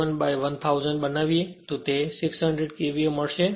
7 by 1000 બનાવીએ તો તે 600 KVA મળશે